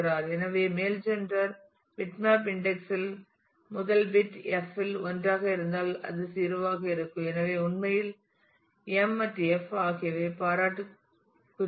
எனவே male gender bitmap index இல் முதல் பிட் f இல் 1 ஆக இருந்தால் அது 0 ஆகும் எனவே உண்மையில் m மற்றும் f ஆகியவை பாராட்டுக்குரியவை